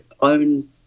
own